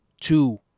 two